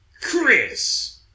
Chris